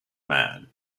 man